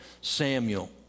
Samuel